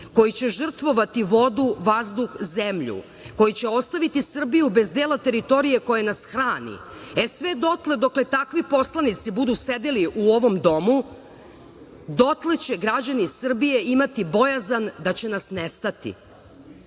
koji će žrtvovati vodu, vazduh, zemlju, koji će ostaviti Srbiju bez dela teritorije koja nas hrani, sve dotle dok takvi poslanici budu sedeli u ovom domu, dotle će građani Srbije imati bojazan da će nas nestati.U